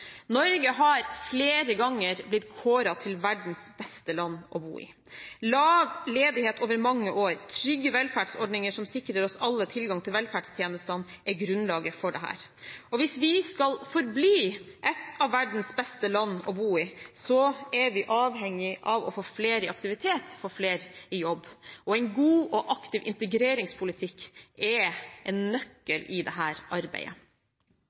Norge har flere ganger blitt kåret til verdens beste land å bo i. Lav ledighet over mange år og trygge velferdsordninger som sikrer oss alle tilgang til velferdstjenestene, er grunnlaget for dette. Hvis vi skal forbli et av verdens beste land å bo i, er vi avhengig av å få flere i aktivitet og flere i jobb. En god og aktiv integreringspolitikk er en nøkkel i dette arbeidet.